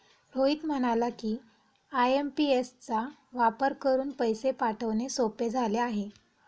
रोहित म्हणाला की, आय.एम.पी.एस चा वापर करून पैसे पाठवणे सोपे झाले आहे